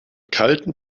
kalten